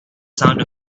sound